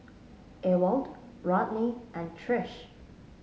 Ewald Rodney and Trish